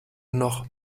noch